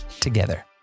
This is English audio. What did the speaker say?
together